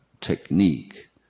technique